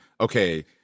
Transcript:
Okay